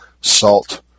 salt